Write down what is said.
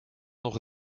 nog